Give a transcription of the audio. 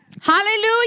Hallelujah